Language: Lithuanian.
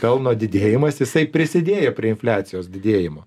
pelno didėjimas jisai prisidėjo prie infliacijos didėjimo